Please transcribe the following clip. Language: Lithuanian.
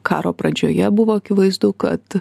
karo pradžioje buvo akivaizdu kad